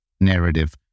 narrative